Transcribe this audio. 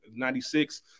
96